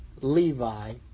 Levi